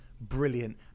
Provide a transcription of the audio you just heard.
brilliant